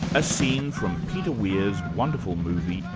a scene from peter weir's wonderful movie,